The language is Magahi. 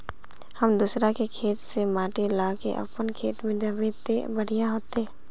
हम दूसरा के खेत से माटी ला के अपन खेत में दबे ते बढ़िया होते?